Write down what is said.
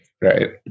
Right